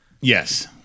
Yes